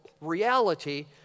reality